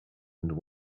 and